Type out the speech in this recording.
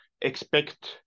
expect